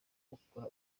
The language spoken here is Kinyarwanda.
ukura